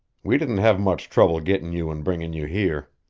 we didn't have much trouble gettin' you and bringin' you here.